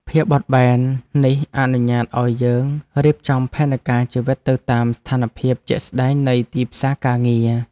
ភាពបត់បែននេះអនុញ្ញាតឱ្យយើងរៀបចំផែនការជីវិតទៅតាមស្ថានភាពជាក់ស្តែងនៃទីផ្សារការងារ។